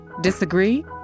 Disagree